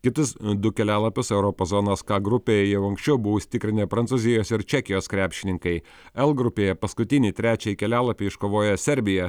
kitus du kelialapius europos zonos k grupėj jau anksčiau buvo užsitikrinę prancūzijos ir čekijos krepšininkai l grupėje paskutinį trečiąjį kelialapį iškovojo serbiją